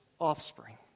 offspring